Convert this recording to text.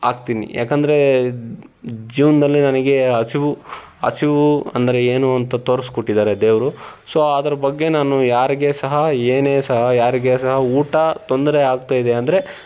ಹಾಕ್ತೀನಿ ಏಕಂದ್ರೆ ಜೀವನದಲ್ಲಿ ನನಗೆ ಹಸಿವು ಹಸಿವು ಅಂದರೆ ಏನು ಅಂತ ತೋರ್ಸಿಕೊಟ್ಟಿದ್ದಾರೆ ದೇವರು ಸೊ ಅದ್ರ ಬಗ್ಗೆ ನಾನು ಯಾರಿಗೇ ಸಹ ಏನೇ ಸಹ ಯಾರಿಗೇ ಸಹ ಊಟ ತೊಂದರೆ ಆಗ್ತಾಯಿದೆ ಅಂದರೆ